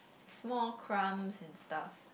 small crumbs and stuff